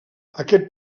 aquest